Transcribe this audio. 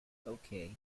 okay